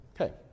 Okay